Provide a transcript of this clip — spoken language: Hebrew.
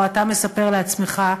או אתה מספר לעצמךָ,